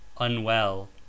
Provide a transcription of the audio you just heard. unwell